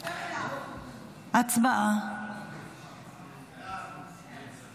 ההצעה להעביר את הנושא לוועדת הכנסת